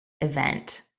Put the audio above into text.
event